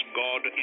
god